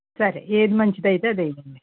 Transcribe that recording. సరే ఏది మంచిది అయితే అది వేయండి